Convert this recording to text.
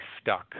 stuck